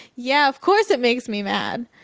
yeah, of course it makes me mad.